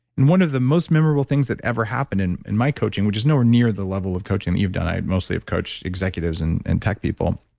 and one of the most memorable things that ever happened in in my coaching, which is nowhere near the level of coaching that you've done, i had mostly have coached executives and and tech people.